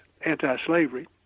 anti-slavery